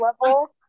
level